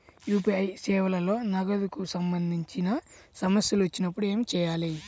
UPI సేవలలో నగదుకు సంబంధించిన సమస్యలు వచ్చినప్పుడు ఏమి చేయాలి?